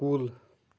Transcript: کُل